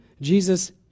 Jesus